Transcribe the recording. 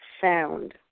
Found